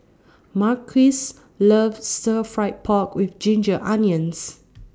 Marquis loves Stir Fried Pork with Ginger Onions